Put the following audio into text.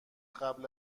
قبل